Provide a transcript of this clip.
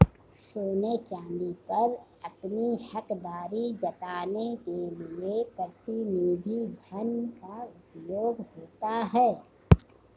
सोने चांदी पर अपनी हकदारी जताने के लिए प्रतिनिधि धन का उपयोग होता है